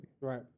Right